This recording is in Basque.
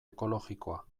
ekologikoa